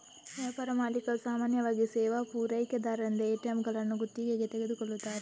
ವ್ಯಾಪಾರ ಮಾಲೀಕರು ಸಾಮಾನ್ಯವಾಗಿ ಸೇವಾ ಪೂರೈಕೆದಾರರಿಂದ ಎ.ಟಿ.ಎಂಗಳನ್ನು ಗುತ್ತಿಗೆಗೆ ತೆಗೆದುಕೊಳ್ಳುತ್ತಾರೆ